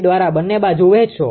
દ્વારા બંને બાજુ વહેંચો